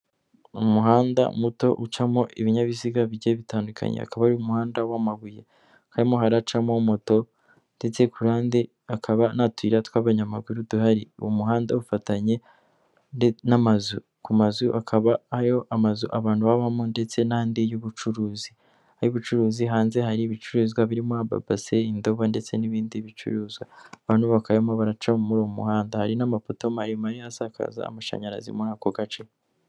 Umuhanda muto ucamo ibinyabiziga bigiye bitandukanye, akaba ari umuhanda w'amabuye, akaba haracamo moto ndetse kurande akaba n'utuyira tw'abanyamaguru duhari, umuhanda ufatanye ku mazu, akaba ariyo amazu abantu babamo ndetse n'andi y'ubucuruzi ay'ubucuruzi hanze hari ibicuruzwa birimo amabase, indobo ndetse n'ibindi bicuruzwa, abantu bakayemo baraca muri uwo muhanda hari n'amapoto maremare asakaza amashanyarazi muri ako gace.